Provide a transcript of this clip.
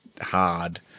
hard